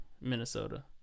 Minnesota